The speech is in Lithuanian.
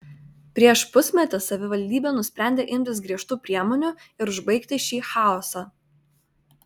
prieš pusmetį savivaldybė nusprendė imtis griežtų priemonių ir užbaigti šį chaosą